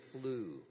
flu